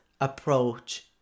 approach